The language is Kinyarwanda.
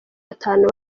batanu